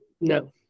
no